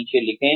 नीचे लिखें